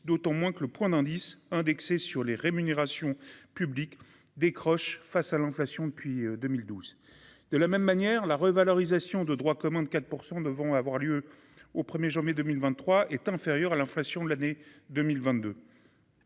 d'autant moins que le point d'indice indexé sur les rémunérations publiques décroche face à l'inflation depuis 2012, de la même manière, la revalorisation de droit commun de 4 % vont avoir lieu au 1er janvier 2023 est inférieure à l'inflation de l'année 2022